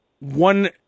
One